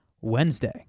Wednesday